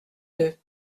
deux